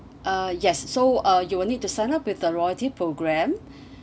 uh yes so uh you will need to sign up with the loyalty program